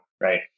right